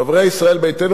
חברי ישראל ביתנו,